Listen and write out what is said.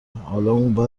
حالمو